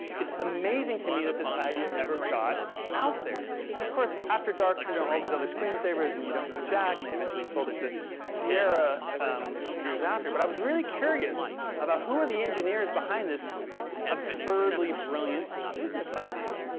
it's amazing to me that this idea ever got out there. and of course afterdark turned out all these other screensavers and you don't know jack. and they eventually sold it to sierra years after. but i was really curious about who are the engineers behind this absurdly brilliant business idea.